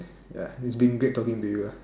ya it's been great talking to you